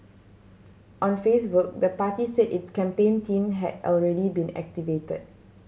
on Facebook the party said its campaign team had already been activated